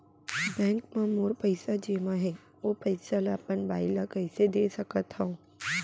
Bank म मोर पइसा जेमा हे, ओ पइसा ला अपन बाई ला कइसे दे सकत हव?